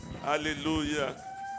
Hallelujah